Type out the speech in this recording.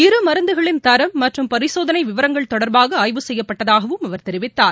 இரு மருந்துகளின் தரம் மற்றும் பரிசோதனை விவரங்கள் தொடர்பாக ஆய்வு செய்யப்பட்டதாகவும் அவர் தெரிவித்தார்